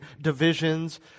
divisions